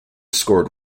scored